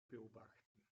beobachten